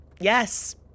Yes